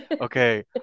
okay